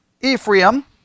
Ephraim